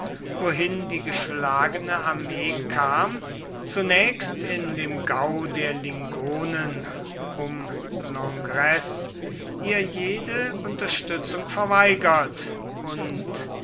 wohin die geschlagene armee kam zunächst in dem gau der lingonen um langres ihr jede unterstützung verweigert und